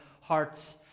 hearts